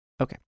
Okay